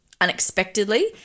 unexpectedly